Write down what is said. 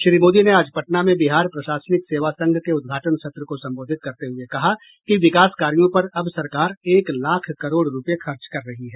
श्री मोदी ने आज पटना में बिहार प्रशासनिक सेवा संघ के उद्घाटन सत्र को संबोधित करते हुए कहा कि विकास कार्यों पर अब सरकार एक लाख करोड़ रुपये खर्च कर रही है